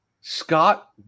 Scott